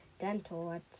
Dental